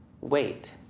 wait